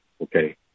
okay